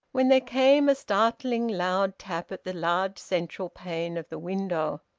when there came a startling loud tap at the large central pane of the window.